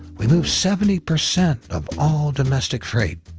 we move seventy percent of all domestic freight.